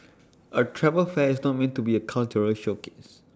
A travel fair is not meant to be A cultural showcase